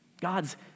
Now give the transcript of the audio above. God's